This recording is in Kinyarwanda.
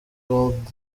world